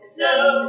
no